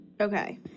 Okay